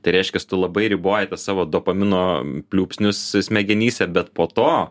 tai reiškias tu labai riboji tą savo dopamino pliūpsnius smegenyse bet po to